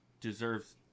deserves